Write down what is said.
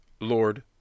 Lord